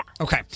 Okay